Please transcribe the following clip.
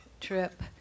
trip